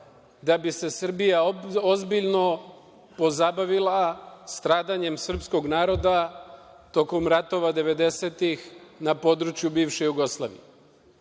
da bi se Srbija ozbiljno pozabavila stradanjem srpskog naroda tokom ratova 90-ih na području bivše Jugoslavije?